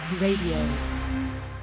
Radio